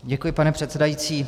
Děkuji, pane předsedající.